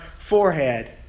Forehead